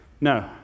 No